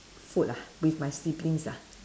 food ah with my siblings ah